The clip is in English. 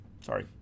sorry